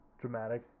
dramatic